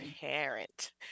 parent